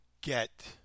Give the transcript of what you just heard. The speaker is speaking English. get